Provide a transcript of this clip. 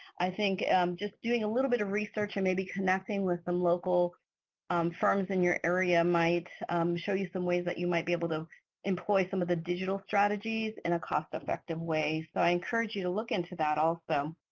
i think just doing a little bit of research and maybe connecting with the local firms in your area might show you some ways that you might be able to employ some of the digital strategies in a cost effective way. so i encourage you to look into that also.